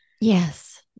Yes